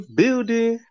building